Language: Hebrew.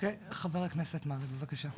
חבר הכנסת מרעי, בבקשה.